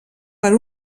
per